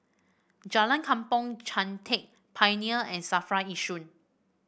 Jalan Kampong Chantek Pioneer and Safra Yishun